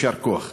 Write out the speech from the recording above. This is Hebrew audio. יישר כוח.